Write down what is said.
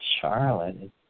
Charlotte